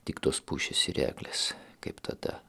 tik tos pušys ir eglės kaip tada